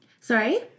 Sorry